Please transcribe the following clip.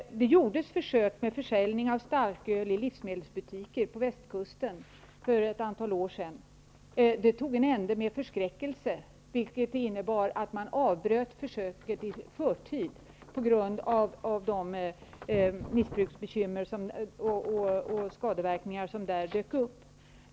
Det gjordes försök med försäljning av starköl i livsmedelsbutiker på Västkusten för ett antal år sedan. Det tog en ände med förskräckelse, vilket innebar att man avbröt försöket i förtid på grund av de missbruksbekymmer och skadeverkningar som där dök upp.